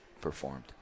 performed